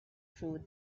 through